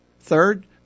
Third